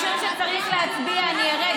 משום שצריך להצביע אני ארד,